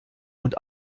und